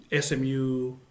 SMU